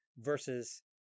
versus